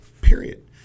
Period